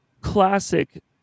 classic